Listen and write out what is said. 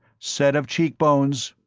set of cheekbones.